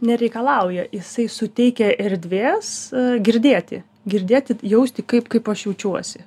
nereikalauja jisai suteikia erdvės girdėti girdėti jausti kaip kaip aš jaučiuosi